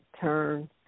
turn